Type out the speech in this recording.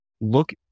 look